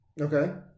Okay